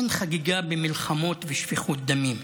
אין חגיגה במלחמה ושפיכות דמים.